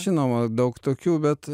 žinoma daug tokių bet